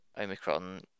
Omicron